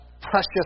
precious